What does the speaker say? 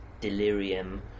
delirium